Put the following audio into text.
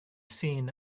seen